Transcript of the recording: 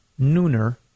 Nooner